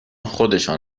خودشان